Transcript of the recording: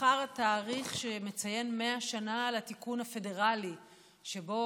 מחר הוא התאריך שמציין 100 שנה לתיקון הפדרלי שבו